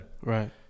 Right